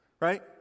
right